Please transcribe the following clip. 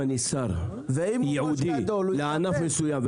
אם אני שר ייעודי לענף מסוים,